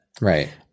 Right